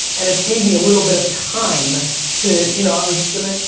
and it gave me a little bit of time to, you know, i was gonna,